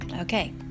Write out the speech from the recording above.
okay